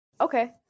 Okay